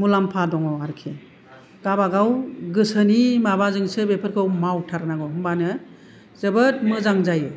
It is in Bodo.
मुलाम्फा दङ आरोखि गावबा गाव गोसोनि माबाजोंसो बेफोरखौ मावथारनांगौ होनबानो जोबोद मोजां जायो